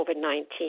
COVID-19